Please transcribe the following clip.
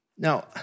Now